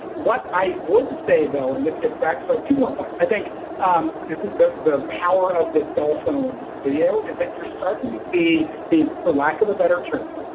what i would say, though, and this gets back so to more points, i think um this is that the power of this cell phone video is that you're starting to see these for lack of a better term,